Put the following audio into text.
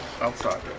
outside